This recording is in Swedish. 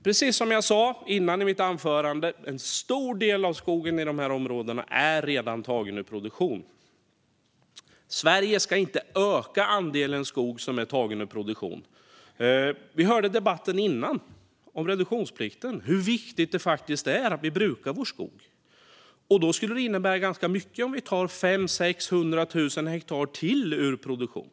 Precis som jag sa tidigare i mitt anförande är en stor del av skogen i dessa områden redan tagen ur produktion. Sverige ska inte öka andelen skog som är tagen ur produktion. Vi hörde i den föregående debatten om reduktionsplikten hur viktigt det faktiskt är att vi brukar vår skog. Då skulle det innebära ganska mycket om vi tar 500 000-600 000 hektar till ur produktion.